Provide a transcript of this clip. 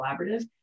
collaborative